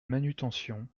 manutention